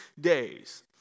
days